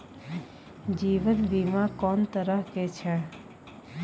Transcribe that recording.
जीवन बीमा कोन तरह के छै?